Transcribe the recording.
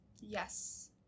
yes